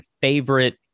favorite